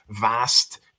vast